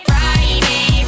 Friday